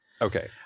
okay